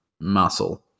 muscle